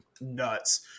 nuts